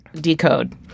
Decode